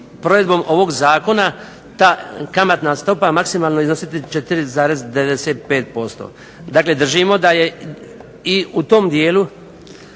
provedbom ovog zakona ta kamatna stopa maksimalno iznositi 4,95%. Dakle, držimo da je i u tom dijelu